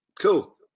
Cool